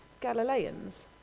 Galileans